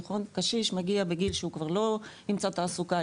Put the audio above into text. קשישי מגיע בגיל שהוא כבר לא עם קצת תעסוקה,